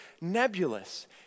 nebulous